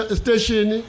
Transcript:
station